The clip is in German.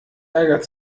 ärgert